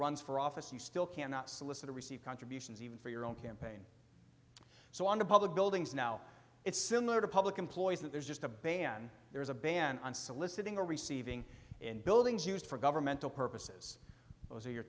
runs for office you still cannot solicitor receive contributions even for your own campaign so under public buildings now it's similar to public employees that there's just a ban there is a ban on soliciting a receiving in buildings used for governmental purposes those are your